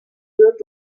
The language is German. wird